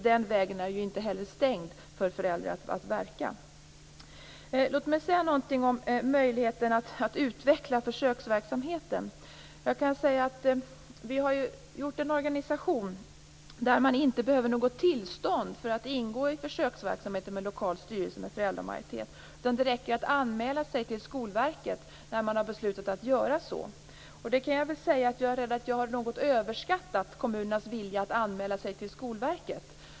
Den vägen är inte heller stängd för föräldrar att verka. Låt mig säga någonting om möjligheten att utveckla försöksverksamheten. Vi har utformat en organisation av sådant slag att man inte behöver något tillstånd för att ingå i försöksverksamheten med lokal styrelse med föräldramajoritet. Det räcker att anmäla sig till Skolverket när man har beslutat att göra så. Det kan jag väl säga att jag är rädd att jag något har överskattat kommunernas vilja att anmäla sig till Skolverket.